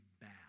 bad